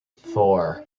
four